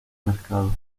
mercado